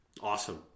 Awesome